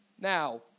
Now